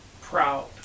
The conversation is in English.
proud